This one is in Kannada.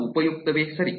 ಅದೂ ಉಪಯುಕ್ತವೇ ಸರಿ